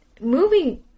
moving